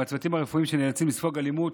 מהצוותים הרפואיים שנאלצים לספוג אלימות